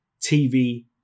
TV